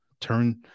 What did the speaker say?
turn